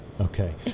Okay